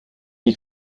ich